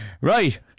Right